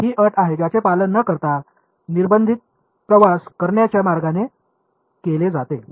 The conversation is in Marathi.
ही अट आहे ज्याचे पालन न करता निर्बंधित प्रवास करण्याच्या मार्गाने केले जाते